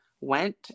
went